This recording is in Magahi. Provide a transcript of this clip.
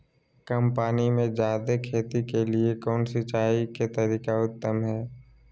कम पानी में जयादे खेती के लिए कौन सिंचाई के तरीका उत्तम है?